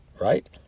right